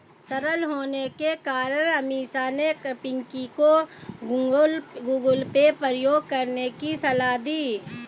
सरल होने के कारण अमीषा ने पिंकी को गूगल पे प्रयोग करने की सलाह दी